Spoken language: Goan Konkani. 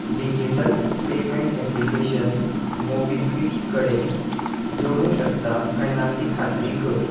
डिजिटल पेमँट एप्लिकेशन मोबिक्वीक कडेन जोडूंक शकता कांय ना ती खात्री कर